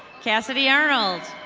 cassidy arnold.